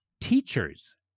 teachers